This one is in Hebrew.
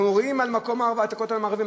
אנחנו רואים על הכותל המערבי,